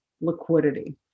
liquidity